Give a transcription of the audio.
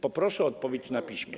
Proszę o odpowiedź na piśmie.